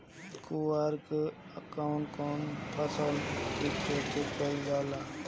कुवार में कवने कवने फसल के खेती कयिल जाला?